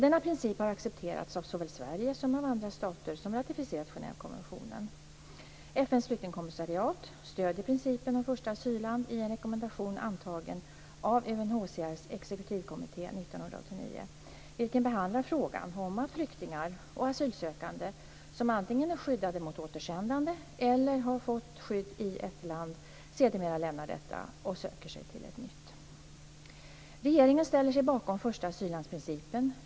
Denna princip har accepterats av såväl Sverige som av andra stater som ratificerat Genèvekonventionen. FN:s flyktingkommissariat stöder principen om första asylland i en rekommendation antagen av UNHCR:s exekutivkommitté 1989, vilken behandlar frågan om att flyktingar och asylsökande som antingen är skyddade mot återsändande eller har fått skydd i ett land sedermera lämnar detta och söker sig till ett nytt. Regeringen ställer sig bakom första-asyllandsprincipen.